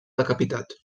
decapitat